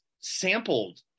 sampled